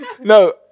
No